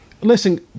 Listen